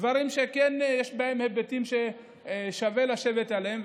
דברים שכן יש בהם היבטים ששווה לשבת עליהם,